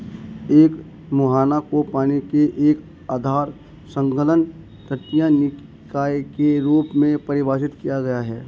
एक मुहाना को पानी के एक अर्ध संलग्न तटीय निकाय के रूप में परिभाषित किया गया है